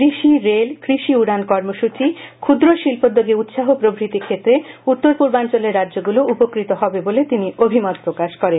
কৃষি রেল কৃষি উডান কর্মসূচি ক্ষুদ্র শিল্পদ্যোগে উৎসাহ প্রভৃতি ক্ষেত্র উত্তর পূর্বাঞ্চলের রাজ্যগুলোও উপকৃত হবে বলে তিনি অভিমত প্রকাশ করেন